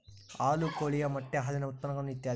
ಹಾಲು ಕೋಳಿಯ ಮೊಟ್ಟೆ ಹಾಲಿನ ಉತ್ಪನ್ನಗಳು ಇತ್ಯಾದಿ